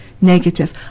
negative